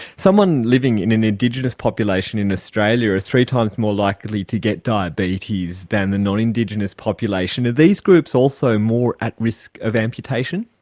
someone living in an indigenous population in australia is three times more likely to get diabetes than the non-indigenous population. are these groups also more at risk of amputation?